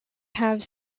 have